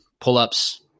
pull-ups